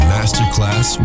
Masterclass